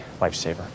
lifesaver